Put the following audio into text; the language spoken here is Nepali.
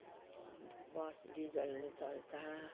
बस डिजेलले चल्छ